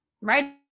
right